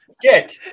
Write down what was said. Get